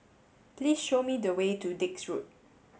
please show me the way to Dix Road